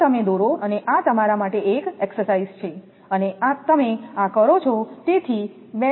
આ તમે દોરો અને આ તમારા માટે એક એકસરસાઈસ છે અને તમે આ કરો છો